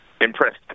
impressed